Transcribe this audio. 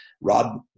Rob